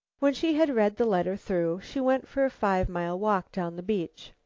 when she had read the letter through, she went for a five-mile walk down the beach.